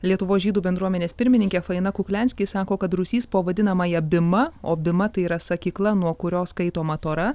lietuvos žydų bendruomenės pirmininkė faina kukliansky sako kad rūsys po vadinamąja bima o bima tai yra sakykla nuo kurios skaitoma tora